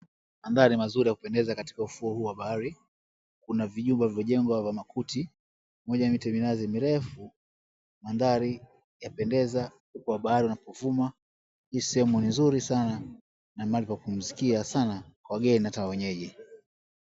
Mandhari mazuri ya kupendeza katika ufuo huu wa bahari kuna vijumba vilivyojengwa kwa makuti pamoja na mti minazi mirefu, mandhari ni ya kupendeza huku kwa bahari unapovuma. Hii sehemu ni mzuri sana na mahali pa kupumzikia sana kwa wageni hata wenyeji.